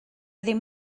ddim